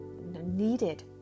needed